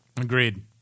Agreed